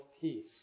peace